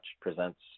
presents